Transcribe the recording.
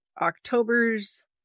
October's